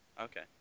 Okay